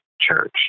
church